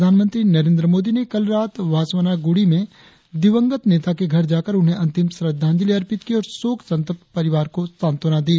प्रधानमंत्री नरेंद्र मोदी ने कल रात वासवनागुड़ी में दिवंगत नेता के घर जाकर उन्हें अंतिम श्रद्धांजलि अर्पित की और शोक संतप्त परिवार को सांत्वना दी